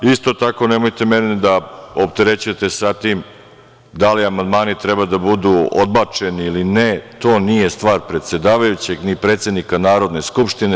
Isto tako, nemojte mene da opterećujete sa tim da li amandmani treba da budu odbačeni ili ne, to je nije stvar predsedavajućeg, ni predsednika Narodne skupštine.